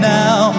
now